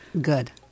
Good